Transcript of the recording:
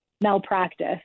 malpractice